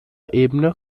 ebene